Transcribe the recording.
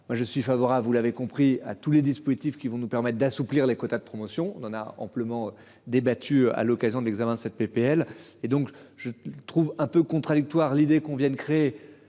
moi je suis favorable, vous l'avez compris, à tous les dispositifs qui vont nous permettre d'assouplir les quotas de promotion, on en a amplement. Débattus à l'occasion de l'examen cette PPL et donc je trouve un peu contradictoire. L'idée qu'on vienne créer.